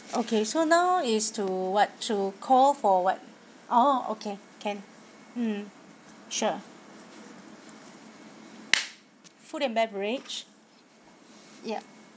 okay so now is to what to call for what orh okay can mm sure food and beverage ya